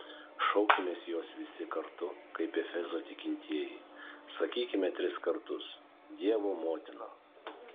šaukimės jos visi kartu kaip efezo tikintieji sakykime tris kartus dievo motina